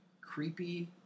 creepy